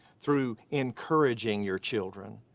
through encouraging your children.